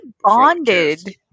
bonded